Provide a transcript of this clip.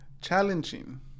Challenging